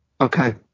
Okay